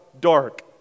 dark